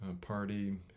party